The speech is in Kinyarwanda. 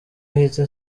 ahita